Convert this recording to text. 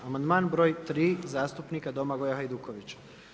Amandman br. 3. zastupnika Domagoja Hajdukovića.